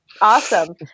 Awesome